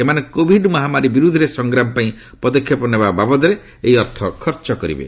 ଏମାନେ କୋଭିଡ ମହାମାରୀ ବିରୁଦ୍ଧରେ ସଂଗ୍ରାମ ପାଇଁ ପଦକ୍ଷେପ ନେବା ବାବଦରେ ଏହି ଅର୍ଥ ଖର୍ଚ୍ଚ କରିବେ